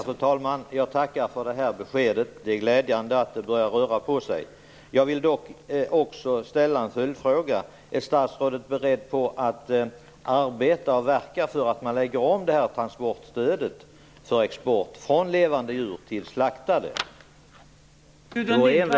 Fru talman! Jag tackar för det här beskedet. Det är glädjande att det börjar röra på sig. Jag vill dock även ställa en följdfråga: Är statsrådet beredd att verka för att man lägger om transportstödet för export från att avse levande djur till att avse slaktade?